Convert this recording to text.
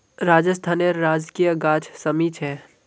राजस्थानेर राजकीय गाछ शमी छे